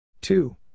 Two